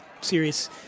serious